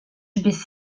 biss